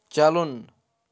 چلُن